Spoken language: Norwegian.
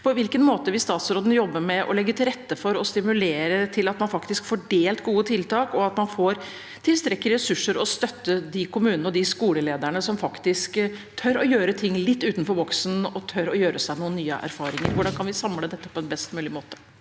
På hvilken måte vil statsråden jobbe med å legge til rette for å stimulere til at man faktisk får delt gode tiltak, og at man får tilstrekkelige ressurser og støtte til de kommunene og skolelederne som faktisk tør å gjøre ting litt utenfor boksen og tør å gjøre seg noen nye erfaringer? Hvordan kan vi samle dette på en best mulig måte?